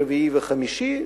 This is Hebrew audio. רביעי וחמישי.